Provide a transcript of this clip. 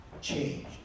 change